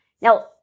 Now